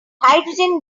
hydrogen